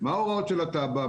מה ההוראות של התב"ע,